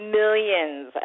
millions